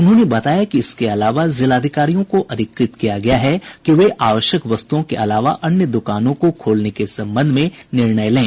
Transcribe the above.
उन्होंने बताया कि इसके अलावा जिलाधिकारियों को अधिकृत किया गया है कि वे आवश्यक वस्तुओं के अलावा अन्य दुकानों को खोलने के संबंध में निर्णय लें